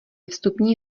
vstupní